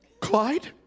Clyde